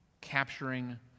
Capturing